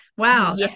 Wow